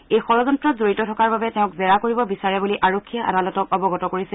এই ষড়যন্ত্ৰত জড়িত থকাৰ বাবে তেওঁক জেৰা কৰিব বিচাৰে বুলি আৰক্ষীয়ে আদালতক অৱগত কৰিছে